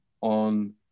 on